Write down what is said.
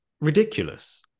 ridiculous